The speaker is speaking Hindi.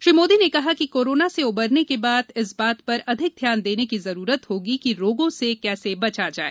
श्री मोदी ने कहा कि कोरोना से उबरने के बाद इस बात पर अधिक ध्यान देने की ज़रुरत होगी कि रोगों से कैसे बचा जाए